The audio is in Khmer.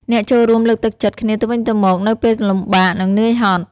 អ្នកចូលរួមលើកទឹកចិត្តគ្នាទៅវិញទៅមកនៅពេលលំបាក និងនឿយហត់។